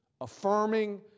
affirming